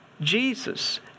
Jesus